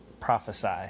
prophesy